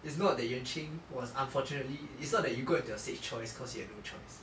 it's not that yuan ching was unfortunately it's not that you got into your safe choice cause you had no choice